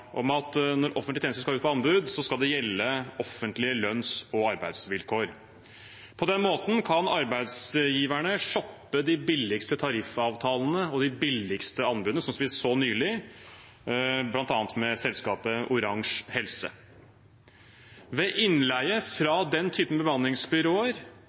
om at offentlige lønns- og arbeidsvilkår skal gjelde når offentlige tjenester skal ut på anbud. På den måten kan arbeidsgiverne shoppe de billigste tariffavtalene og de billigste anbudene, slik vi så nylig, bl.a. med selskapet Orange Helse. Ved innleie